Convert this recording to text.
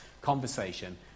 conversation